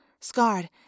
scarred